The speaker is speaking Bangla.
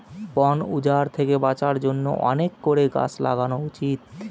বন উজাড় থেকে বাঁচার জন্য অনেক করে গাছ লাগানো উচিত